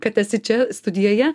kad esi čia studijoje